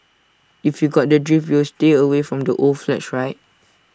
if you got the drift you will stay away from old flats right